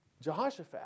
Jehoshaphat